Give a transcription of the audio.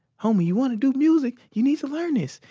homie, you wanna do music, you need to learn this.